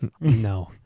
No